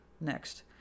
Next